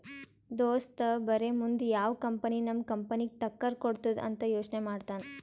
ನಮ್ ದೋಸ್ತ ಬರೇ ಮುಂದ್ ಯಾವ್ ಕಂಪನಿ ನಮ್ ಕಂಪನಿಗ್ ಟಕ್ಕರ್ ಕೊಡ್ತುದ್ ಅಂತ್ ಯೋಚ್ನೆ ಮಾಡ್ತಾನ್